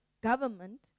government